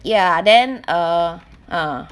ya then err uh